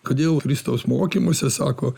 kodėl kristaus mokymuose sako